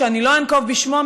שאני לא אנקוב בשמו,